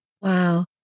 Wow